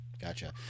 Gotcha